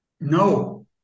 No